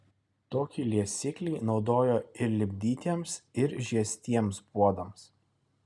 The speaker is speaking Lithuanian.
tokį liesiklį naudojo ir lipdytiems ir žiestiems puodams